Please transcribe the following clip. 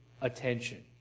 attention